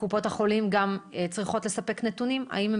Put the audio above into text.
קופות החולים גם צריכות לספק נתונים - האם הן